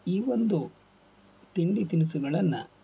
ಈ ಒಂದು ತಿಂಡಿ ತಿನಿಸುಗಳನ್ನು